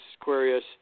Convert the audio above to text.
Aquarius